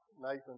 Nathan